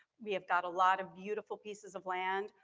we have got a lot of beautiful pieces of land,